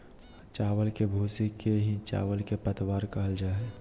चावल के भूसी के ही चावल के पतवार कहल जा हई